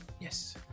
Yes